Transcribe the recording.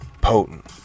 potent